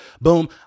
boom